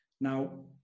Now